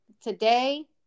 today